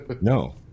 no